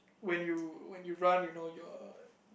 when you when run you know your